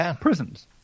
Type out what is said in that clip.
prisons